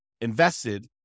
invested